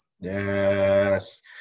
Yes